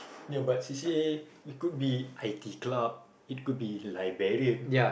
ya but c_c_a it could be i_t club it could be librarian